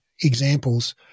examples